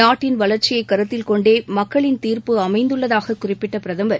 நாட்டின் வளர்ச்சியை கருத்தில் கொண்டே மக்களின் தீர்ப்பு அமைந்துள்ளதாக குறிப்பிட்ட பிரதமர்